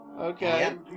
Okay